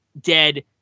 dead